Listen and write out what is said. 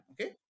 Okay